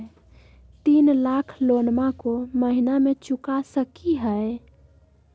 तीन लाख लोनमा को महीना मे चुका सकी हय?